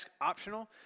optional